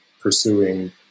pursuing